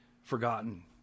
forgotten